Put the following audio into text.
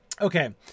Okay